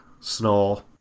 Snore